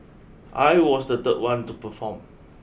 I was the third one to perform